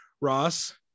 Ross